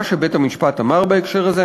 מה שבית-המשפט אמר בהקשר הזה,